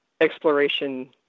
exploration